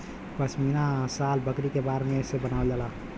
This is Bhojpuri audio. पश्मीना शाल बकरी के बार से बनावल जाला